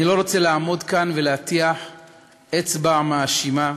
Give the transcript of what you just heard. אני לא רוצה לעמוד כאן ולהפנות אצבע מאשימה.